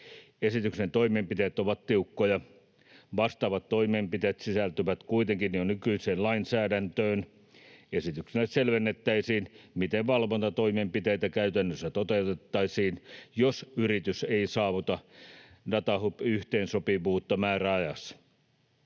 Esityksen toimenpiteet ovat tiukkoja. Vastaavat toimenpiteet sisältyvät kuitenkin jo nykyiseen lainsäädäntöön. Esityksellä selvennettäisiin, miten valvontatoimenpiteitä käytännössä toteutettaisiin, jos yritys ei saavuta datahub-yhteensopivuutta määräajassa.